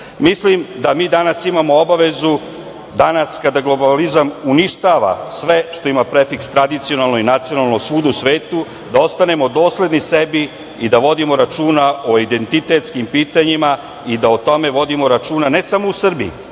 mislim da mi danas imamo obavezu, danas kada globalizam uništava sve što ima prefiks tradicionalno i nacionalno svuda u svetu, da ostanemo dosledni sebi i da vodimo računa o identitetskim pitanjima i da o tome vodimo računa ne samo u Srbiji,